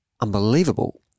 unbelievable